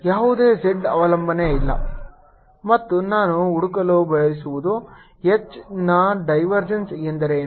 ಯಾವುದೇ z ಅವಲಂಬನೆ ಇಲ್ಲ ಮತ್ತು ನಾವು ಹುಡುಕಲು ಬಯಸುವುದು H ನ ಡೈವರ್ಜೆನ್ಸ್ ಎಂದರೇನು